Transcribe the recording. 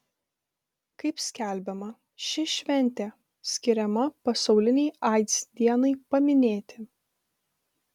kaip skelbiama ši šventė skiriama pasaulinei aids dienai paminėti